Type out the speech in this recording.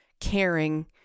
caring